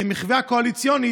כמחווה קואליציונית,